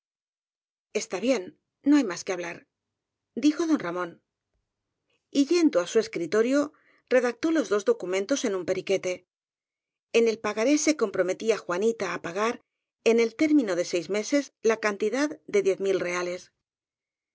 está bien no hay más que hablar dijo don ramón y yendo á su escritorio redactó los dos docu mentos en un periquete en el pagaré se compro metía juanita á pagar en el término de seis meses la cantidad de diez mil reales